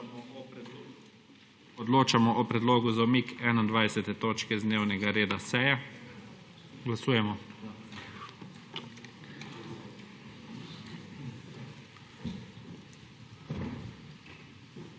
Odločamo o predlogu za umik 21. točke z dnevnega reda seje. Glasujemo.